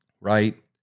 Right